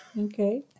okay